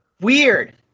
Weird